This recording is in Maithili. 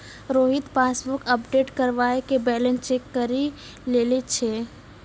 रोहित पासबुक अपडेट करबाय के बैलेंस चेक करि लै छै